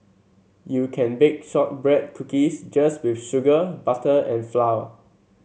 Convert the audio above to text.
you can bake shortbread cookies just with sugar butter and flour